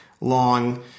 long